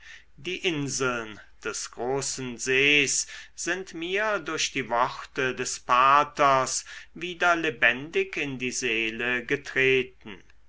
die inseln des großen sees sind mir durch die worte des paters wieder lebendig in die seele getreten